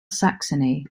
saxony